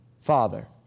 Father